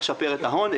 צריך לשפר את ההון,